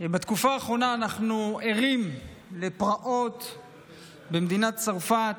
בתקופה האחרונה אנחנו ערים לפרעות במדינת צרפת,